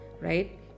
right